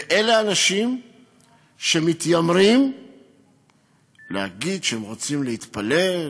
ואלה אנשים שמתיימרים להגיד שהם רוצים להתפלל,